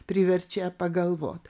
priverčia pagalvot